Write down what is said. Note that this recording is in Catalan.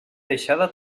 deixada